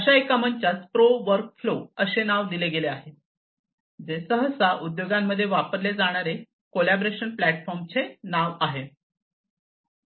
अशा एका मंचास प्रो वर्क फ्लो असे नाव दिले आहे जे सहसा उद्योगांमध्ये वापरले जाणारे कॉलॅबोरेशन प्लॅटफॉर्म चे नाव आहे